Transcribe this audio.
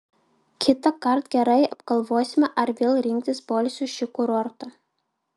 kitąkart gerai apgalvosime ar vėl rinktis poilsiui šį kurortą